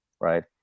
right